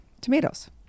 tomatoes